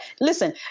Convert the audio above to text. listen